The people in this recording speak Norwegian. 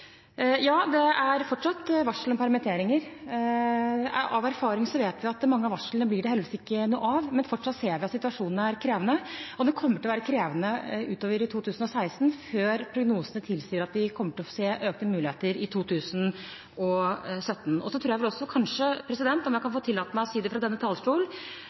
Ja, det er fortsatt varsel om permitteringer. Av erfaring vet vi at mange av varslene blir det heldigvis ikke noe av, men fortsatt ser vi at situasjonen er krevende, og den kommer til å være krevende utover i 2016, før prognosene tilsier at vi kommer til å se økte muligheter i 2017. Jeg tror vel også kanskje – om jeg kan få tillate meg å si det fra denne